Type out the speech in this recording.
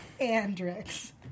Andrix